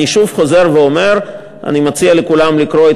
אני שוב חוזר ואומר שאני מציע לכולם לקרוא את